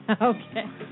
Okay